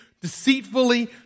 deceitfully